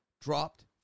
dropped